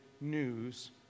news